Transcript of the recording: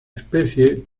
especie